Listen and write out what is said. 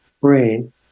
brain